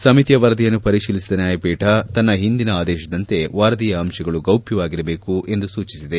ಸಮಿತಿಯ ವರದಿಯನ್ನು ಪರಿಶೀಲಿಸಿದ ನ್ಯಾಯಪೀಠ ತನ್ನ ಹಿಂದಿನ ಆದೇಶದಂತೆ ವರದಿಯ ಅಂಶಗಳು ಗೌಪ್ಲವಾಗಿರಬೇಕು ಎಂದು ಸೂಚಿಸಿದೆ